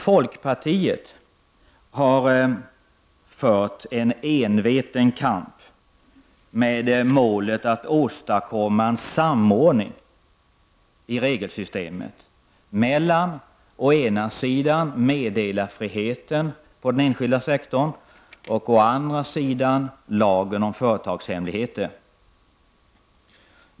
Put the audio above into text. Folkpartiet har fört en enveten kamp med målet att åstadkomma en samordning av regelsystemet mellan å ena sidan meddelarfriheten på den enskilda sektorn och å andra sidan lagen om företagshemligheter.